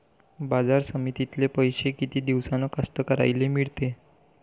बाजार समितीतले पैशे किती दिवसानं कास्तकाराइले मिळते?